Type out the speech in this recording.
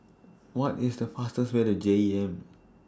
What IS The fastest Way to J E M